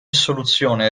soluzione